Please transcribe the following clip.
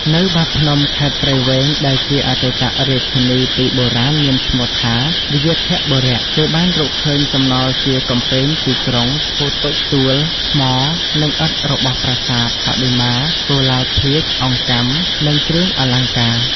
នៅបាភ្នំ ខេត្តព្រៃវែង ដែលជាអតីតរាជធានីពីបុរាណមានឈ្មោះថា វ្យាធបុរៈ គេបានរកឃើញសំណល់ជាកំពែងទីក្រុង ភូទឹក ទួល ថ្មនិងឥដ្ឋរបស់ប្រាសាទ បដិមា កុលាលភាជន៍អង្កាំនិង គ្រឿងអលង្ការ។